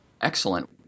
Excellent